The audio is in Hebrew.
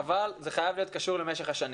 אבל זה חייב להיות קשור למשך השנים.